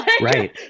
right